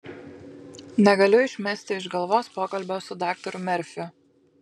negaliu išmesti iš galvos pokalbio su daktaru merfiu